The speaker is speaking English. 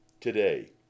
today